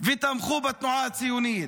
ותמכו בתנועה הציונית,